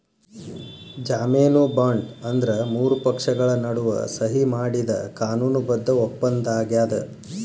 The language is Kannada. ಜಾಮೇನು ಬಾಂಡ್ ಅಂದ್ರ ಮೂರು ಪಕ್ಷಗಳ ನಡುವ ಸಹಿ ಮಾಡಿದ ಕಾನೂನು ಬದ್ಧ ಒಪ್ಪಂದಾಗ್ಯದ